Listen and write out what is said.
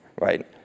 right